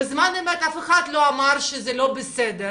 בזמן אמת אף אחד לא אמר שזה לא בסדר,